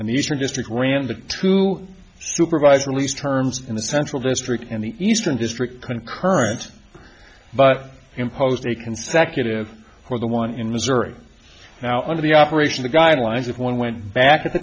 and the eastern district ran the two supervised release terms in the central district in the eastern district concurrent but imposed a consecutive or the one in missouri now under the operation the guidelines if one went back at the